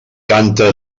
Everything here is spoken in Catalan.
canta